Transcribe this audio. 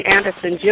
Anderson